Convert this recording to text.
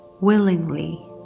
willingly